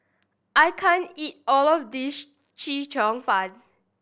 I can't eat all of this Chee Cheong Fun